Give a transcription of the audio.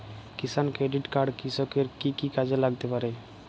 কিষান Credit Card কৃষকের কি কি কাজে লাগতে পারে?